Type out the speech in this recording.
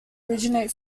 originate